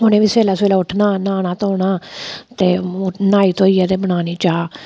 उ'नें बी सबेला सबेला उट्ठना न्हाना धोना ते न्हाई धोइयै ते बनानी चाह्